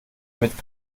mit